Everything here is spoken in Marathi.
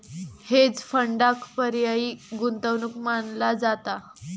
हेज फंडांक पर्यायी गुंतवणूक मानला जाता